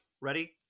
Ready